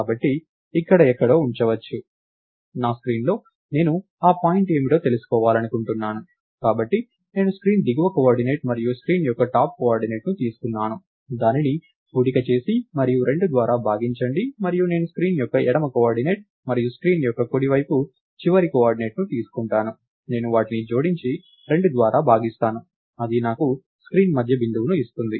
కాబట్టి ఇక్కడ ఎక్కడో ఉండవచ్చు నా స్క్రీన్ లో నేను ఈ పాయింట్ ఏమిటో తెలుసుకోవాలనుకుంటున్నాను కాబట్టి నేను స్క్రీన్ దిగువ కోఆర్డినేట్ మరియు స్క్రీన్ యొక్క టాప్ కోఆర్డినేట్ను తీసుకున్నాను దానిని కూడిక చేసి మరియు 2 ద్వారా భాగించండి మరియు నేను స్క్రీన్ యొక్క ఎడమ కోఆర్డినేట్ మరియు స్క్రీన్ యొక్క కుడి వైపు చివరి కోఆర్డినేట్ను తీసుకుంటాను నేను వాటిని జోడించి 2 ద్వారా భాగిస్తాను అది నాకు స్క్రీన్ మధ్య బిందువు ని ఇస్తుంది